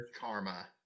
karma